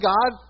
God